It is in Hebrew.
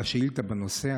על השאילתה בנושא.